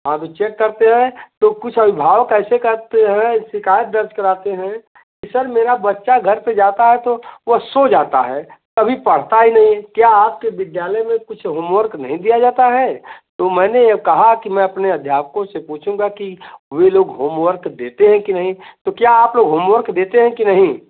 हाँ अभी चेक करते हैं तो कुछ अभिभावक ऐसे कहते हैं शीकायत दर्ज कराते हैं कि सर मेरा बच्चा घर पर जाता है तो वह सो जाता है कभी पढ़ता ही नहीं है क्या आपके विद्यालय में कुछ होमवर्क नहीं दिया जाता है तो मैंने ये कहा कि मैं अपने अध्यापकों से पूछूँगा कि वे लोग होमवर्क देते हैं कि नहीं तो क्या आप लोग होमवर्क देते हैं कि नहीं